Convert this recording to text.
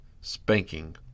spanking